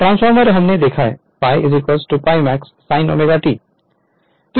transformer हमने देखा है pi pi maxsine ω T